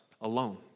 alone